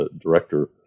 director